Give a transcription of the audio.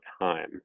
time